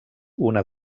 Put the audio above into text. una